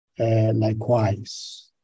Likewise